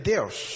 Deus